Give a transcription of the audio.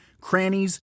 crannies